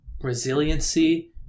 resiliency